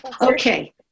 Okay